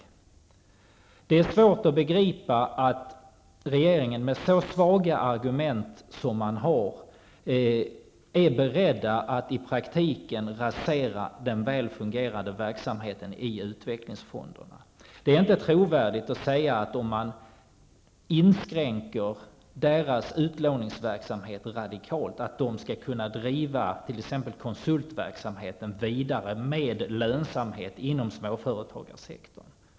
Det är svårt att begripa att regeringen med så svaga argument som den har är beredd att i praktiken rasera den välfungerande verksamheten i utvecklingsfonderna. Det är inte trovärdigt att säga att de, om man inskränker fondernas verksamhet radikalt, skall kunna driva t.ex. konsultverksamheter vidare med lönsamhet inom småföretagssektorn.